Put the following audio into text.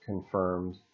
confirmed